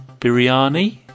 Biryani